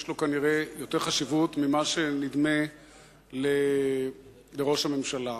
יש לו כנראה יותר חשיבות ממה שנדמה לראש הממשלה.